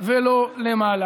ולא למעלה.